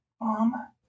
Mom